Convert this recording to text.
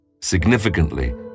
Significantly